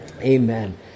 Amen